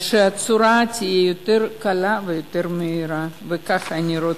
שהצורה תהיה יותר קלה ויותר מהירה, וכך אני רוצה.